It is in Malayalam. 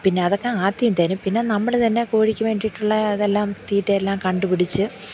പിന്നെ അതൊക്കെ ആദ്യം തരും പിന്നെ നമ്മൾ തന്നെ കോഴിക്ക് വേണ്ടിയിട്ടുള്ള ഇതെല്ലാം തീറ്റയെല്ലാം കണ്ടുപിടിച്ചു